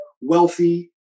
wealthy